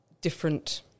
different